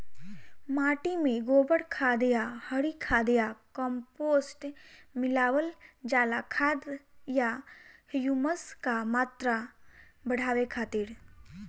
माटी में गोबर खाद या हरी खाद या कम्पोस्ट मिलावल जाला खाद या ह्यूमस क मात्रा बढ़ावे खातिर?